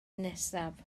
nesaf